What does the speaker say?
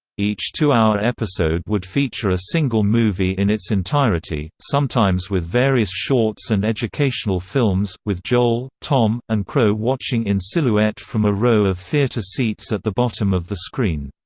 each two-hour episode would feature a single movie in its entirety, sometimes with various shorts and educational films, with joel, tom, and crow watching in silhouette from a row of theater seats at the bottom of the screen.